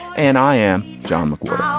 and i am john mcwhorter ah